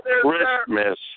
Christmas